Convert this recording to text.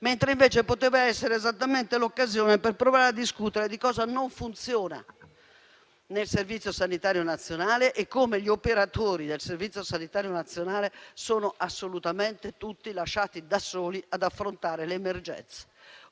mentre poteva essere esattamente l'occasione per provare a discutere di cosa non funziona nel Servizio sanitario nazionale e come gli operatori del Servizio sanitario nazionale sono assolutamente lasciati da soli ad affrontare ogni emergenza.